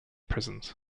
prisons